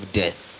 death